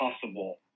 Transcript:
possible